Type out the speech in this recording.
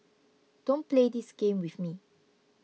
don't play this game with me